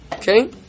Okay